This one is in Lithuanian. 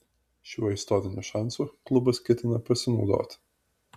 šiuo istoriniu šansu klubas ketina pasinaudoti